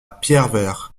pierrevert